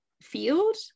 field